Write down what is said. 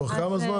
תוך כמה זמן